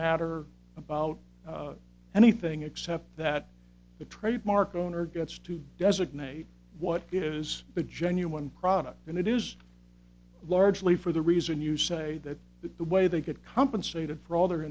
matter about anything except that the trademark owner gets to designate what is the genuine product and it is largely for the reason you say that that the way they get compensated for all their